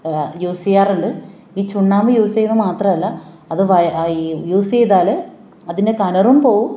use ചെയ്യാറുണ്ട് ഈ ചുണ്ണാമ്പ് യൂസ് ചെയ്യുക മാത്രമല്ല അത് വ യൂസ് ചെയ്താൽ അതിന്റെ കനറും പോവും